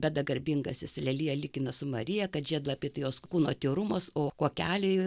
beda garbingasis leliją lygina su marija kad žiedlapiai jos kūno tyrumas o kuokeliai